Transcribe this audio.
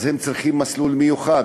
ואז הם צריכים מסלול מיוחד.